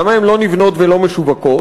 למה הן לא נבנות ולא משווקות?